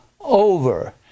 over